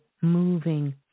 moving